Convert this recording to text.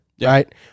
Right